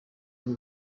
y’u